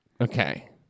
Okay